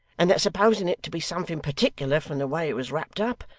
and that supposing it to be something particular from the way it was wrapped up,